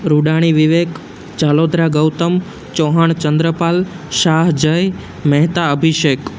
Rodani Vivek Jhalodara Gautam Chauhan Chandrapal Shah Jay Mehta Abhishek